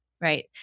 right